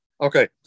Okay